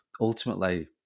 ultimately